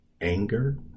anger